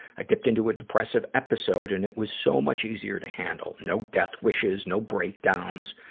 i dipped into a depressive episode, and it was so much easier to handle. no death wishes, no breakdowns.